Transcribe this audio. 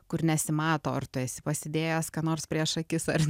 kur nesimato ar tu esi pasidėjęs ką nors prieš akis ar